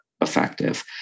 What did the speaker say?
effective